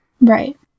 Right